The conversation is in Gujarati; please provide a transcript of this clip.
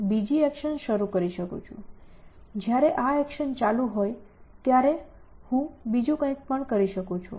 જ્યારે આ એક્શન ચાલુ હોય ત્યારે હું કંઈક કરી શકું છું